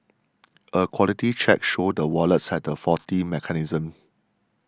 a quality check showed the wallets had a faulty mechanism